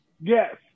Yes